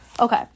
Okay